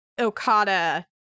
Okada